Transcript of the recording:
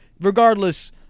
regardless